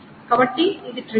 కాబట్టి ఇవి ట్రివియల్